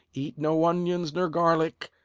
eat no onions nor garlic,